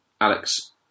Alex